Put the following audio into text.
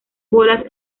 bolas